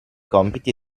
compiti